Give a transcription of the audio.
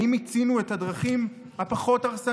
האם מיצינו את הדרכים הפחות-הרסניות?